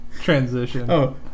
transition